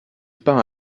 peint